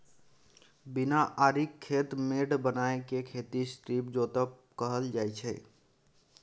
बिना आरिक खेत मेढ़ बनाए केँ खेती स्ट्रीप जोतब कहल जाइ छै